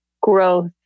growth